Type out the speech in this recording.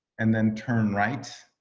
and then turn right.